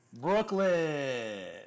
Brooklyn